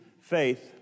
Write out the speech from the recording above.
Faith